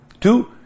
Two